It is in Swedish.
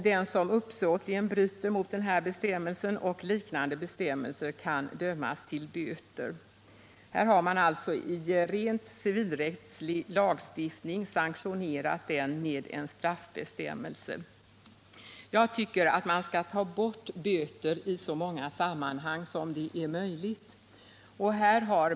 Den som uppsåtligen bryter mot denna bestämmelse och liknande bestämmelser kan dömas till böter. Här har man alltså sanktionerat rent civilrättslig lagstiftning med en straffbestämmelse. Jag tycker att man skall ta bort böter i så många sammanhang som det är möjligt.